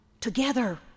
together